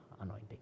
anointing